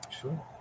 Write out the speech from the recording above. Sure